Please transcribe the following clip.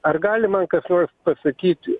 ar gali man kas nor pasakyt